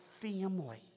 family